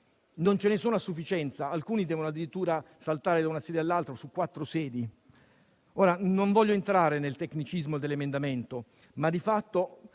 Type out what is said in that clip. Non ce ne sono a sufficienza, alcuni devono addirittura saltare da una sede all'altra, su quattro sedi. Ora non voglio entrare nel tecnicismo dell'emendamento, ma di fatto